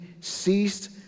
ceased